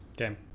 Okay